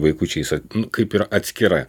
vaikučiais kaip ir atskira